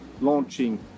launching